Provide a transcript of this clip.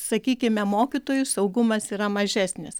sakykime mokytojų saugumas yra mažesnis